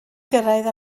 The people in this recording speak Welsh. gyrraedd